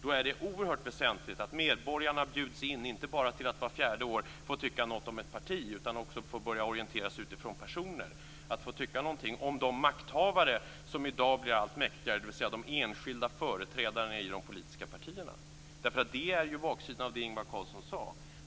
Då är det oerhört väsentligt att medborgarna bjuds in, inte bara till att vart fjärde år få tycka något om ett parti. Det är också viktigt att de får börja orientera sig utifrån personer, att de får tycka någonting om de makthavare som i dag blir allt mäktigare, dvs. de enskilda företrädarna i de politiska partierna. Det är ju baksidan av det som Ingvar Carlsson sade.